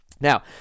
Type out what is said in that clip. Now